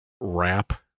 wrap